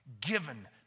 given